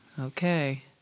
Okay